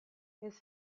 his